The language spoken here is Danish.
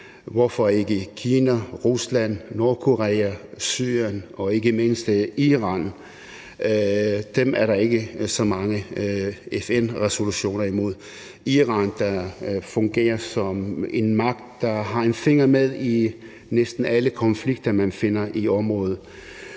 hvorfor pålægges Kina, Rusland, Nordkorea, Syrien og ikke mindst Iran ikke resolutioner, for der er nemlig ikke så mange FN-resolutioner imod dem? Iran fungerer som en magt, der har en finger med i næsten alle konflikter, man finder i området,